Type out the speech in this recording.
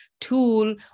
tool